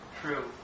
true